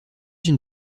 une